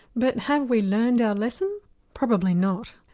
but have we learned our lesson probably not.